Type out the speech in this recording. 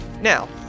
Now